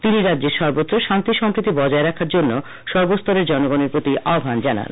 তিনি রাজ্যের সর্বত্র শান্তি সম্প্রীতি বজায় রাখার জন্য রাজ্যের সর্বস্তরের জনগনের প্রতি আহ্বান জানিয়েছেন